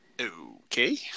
Okay